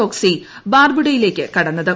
ചോക്സി ബാർബുഡയിലേക്ക് കടിന്റത്